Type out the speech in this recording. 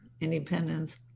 independence